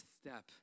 step